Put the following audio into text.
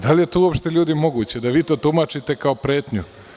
Da li je uopšte, ljudi, moguće da vi to tumačite kao pretnju?